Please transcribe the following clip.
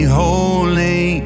holy